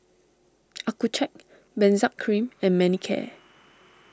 Accucheck Benzac Cream and Manicare